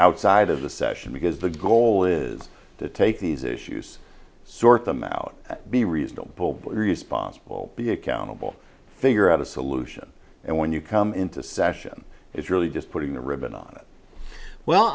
outside of the session because the goal is to take these issues sort them out be reasonable responsible be accountable figure out a solution and when you come into session it's really just putting the ribbon on it well